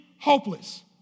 hopeless